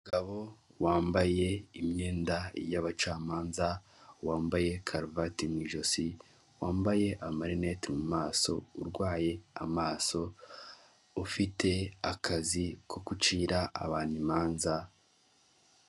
Umugabo wambaye imyenda y'abacamanza, wambaye karuvati mu ijosi, wambaye amarinete mu maso, arwaye amaso, ufite akazi ko gucira abantu imanza.